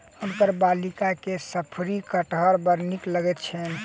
हुनकर बालिका के शफरी कटहर बड़ नीक लगैत छैन